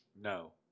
No